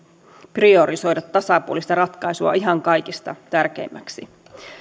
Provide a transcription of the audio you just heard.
priorisoida tasapuolista ratkaisua ihan kaikista tärkeimmäksi